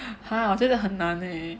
!huh! 真的很难 leh